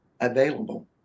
available